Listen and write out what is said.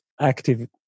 active